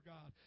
God